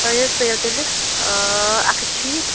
تۄہہِ حظ پیٚیو تیلہِ اَکھ ہَتھ تہٕ شیٖتھ